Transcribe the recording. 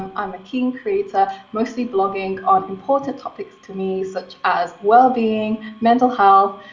um i'm a keen creator, mostly blogging on important topics to me such as well-being, mental health,